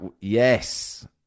yes